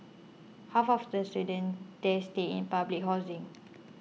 half of the students there stay in public housing